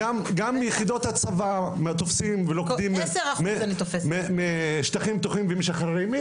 גם יחידות הצבא תופסים ולוכדים משטחים פתוחים ומשחררים.